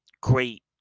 great